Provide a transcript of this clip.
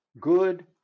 good